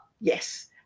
yes